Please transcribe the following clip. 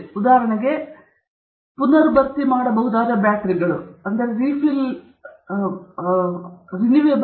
ಉದಾಹರಣೆಗೆ ಪುನರ್ಭರ್ತಿ ಮಾಡಬಹುದಾದ ಬ್ಯಾಟರಿಗಳು ಸರಿ ಎಂದು ಹೇಳಬಹುದು